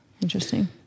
Interesting